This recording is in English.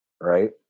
right